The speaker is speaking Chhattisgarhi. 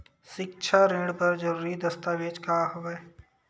सिक्छा ऋण बर जरूरी दस्तावेज का हवय?